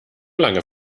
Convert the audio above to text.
lange